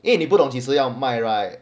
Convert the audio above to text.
因为你不懂几时要卖 right